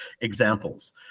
examples